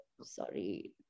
sorry